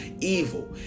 evil